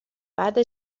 بعد